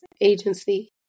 agency